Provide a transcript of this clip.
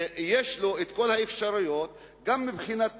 שיש לו את כל האפשרויות גם מבחינת פיתוח,